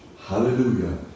Hallelujah